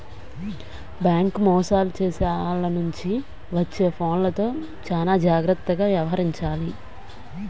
bank మోసాలు చేసే ఆల్ల నుంచి వచ్చే ఫోన్లతో చానా జాగర్తగా యవహరించాలి